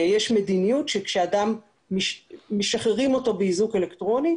יש מדיניות שכאשר משחררים אדם באיזוק אלקטרוני,